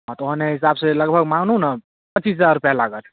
हाँ तऽ ओहने हिसाबसँ लगभग मानू ने पचिस हजार रुपैआ लागत